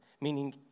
meaning